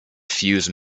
fuse